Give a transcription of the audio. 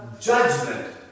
judgment